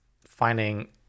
finding